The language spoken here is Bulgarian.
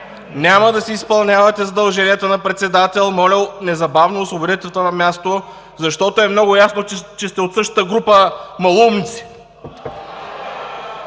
няма да си изпълнявате задълженията на председател, моля незабавно освободете това място, защото е много ясно, че сте от същата група малоумници!